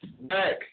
back